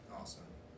Awesome